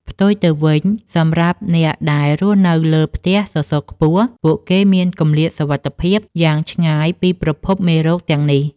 ផ្ទុយទៅវិញ សម្រាប់អ្នកដែលរស់នៅលើផ្ទះសសរខ្ពស់ ពួកគេមានគម្លាតសុវត្ថិភាពយ៉ាងឆ្ងាយពីប្រភពមេរោគទាំងនេះ។